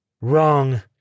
Wrong